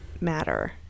matter